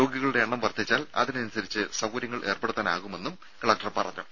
രോഗികളുടെ എണ്ണം വർദ്ധിച്ചാൽ അതിനനുസരിച്ച് സൌകര്യങ്ങൾ ഏർപ്പെടുത്താനാകുമെന്നും കലക്ടർ പറഞ്ഞു